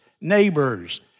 neighbors